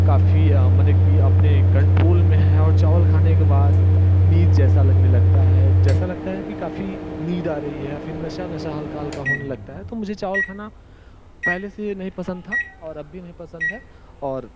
काफ़ी मने कि अपने कंट्रोल में है और चावल खाने के बाद नींद जैसा लगने लगता है जैसा लगता है कि काफ़ी नीद आ रही है या फिर नशा नशा हल्का हल्का होने लगता है तो मुझे चावल खाना पहले से ये नहीं पसंद था और अब भी नहीं पसंद है और